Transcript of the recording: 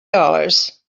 dollars